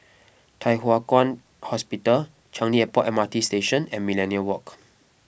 Thye Hua Kwan Hospital Changi Airport M R T Station and Millenia Walk